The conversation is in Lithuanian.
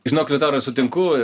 žinok liutaurai sutinku